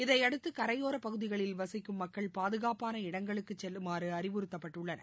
இதையடுத்து கரையோரப் பகுதிகளில் வசிக்கும் மக்கள் பாதுகாப்பாள இடங்களுக்குச் செல்லுமாறு அறிவுறுத்தப்பட்டுள்ளனர்